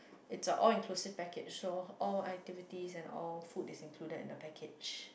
it's a all inclusive package loh all activities and all food is included in the package